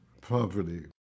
poverty